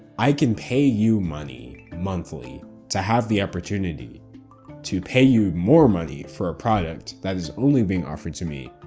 i can pay you money monthly to have the opportunity to pay you more money for a product that is only being offered to me,